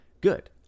Good